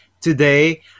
today